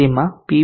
તેમાં પી